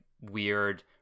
weird